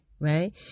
right